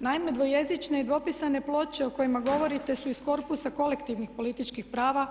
Naime, dvojezične i dvopisane ploče o kojima govorite su iz korpusa kolektivnih političkih prava